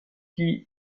qui